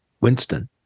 Winston